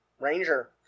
ranger